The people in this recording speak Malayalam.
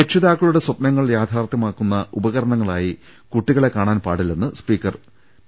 രക്ഷിതാക്കളുടെ സ്പ്നങ്ങൾ യാഥാർത്ഥ്യമാക്കുന്ന ഉപകരണ ങ്ങളായി കൂട്ടികളെ കാണാൻ പാടില്ലെന്ന് സ്പീക്കർ പി